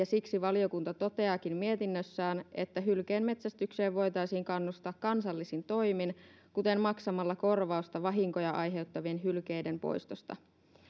siksi valiokunta toteaakin mietinnössään että hylkeenmetsästykseen voitaisiin kannustaa kansallisin toimin kuten maksamalla korvausta vahinkoja aiheuttavien hylkeiden poistosta